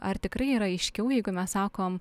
ar tikrai yra aiškiau jeigu mes sakom